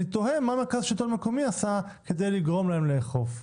אני תוהה מה המרכז לשלטון המקומי עשה כדי לגרום להן לאכוף.